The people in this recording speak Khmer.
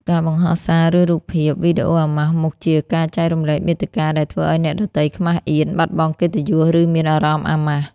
ការបង្ហោះសារ ឬរូបភាព/វីដេអូអាម៉ាស់មុខជាការចែករំលែកមាតិកាដែលធ្វើឲ្យអ្នកដទៃខ្មាសអៀន បាត់បង់កិត្តិយស ឬមានអារម្មណ៍អាម៉ាស់។